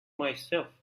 myself